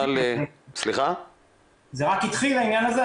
זה רק התחיל העניין הזה,